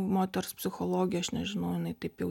moters psichologija aš nežinau jinai taip jau